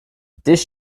this